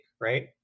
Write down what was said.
right